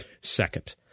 Second